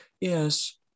Yes